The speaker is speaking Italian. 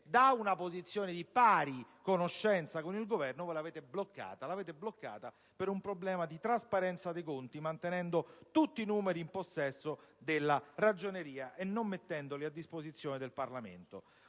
da una posizione di pari conoscenza con il Governo. Quella mediazione voi l'avete bloccata per un problema di trasparenza dei conti, mantenendo tutti i numeri in possesso della Ragioneria e non mettendoli a disposizione del Parlamento.